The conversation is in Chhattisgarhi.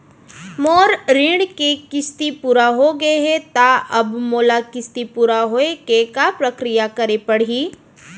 मोर ऋण के किस्ती पूरा होगे हे ता अब मोला किस्ती पूरा होए के का प्रक्रिया करे पड़ही?